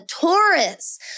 Taurus